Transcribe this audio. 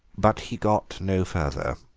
but he got no further.